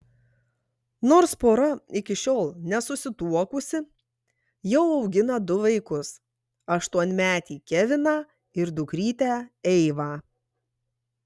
nors pora iki šiol nesusituokusi jau augina du vaikus aštuonmetį keviną ir dukrytę eivą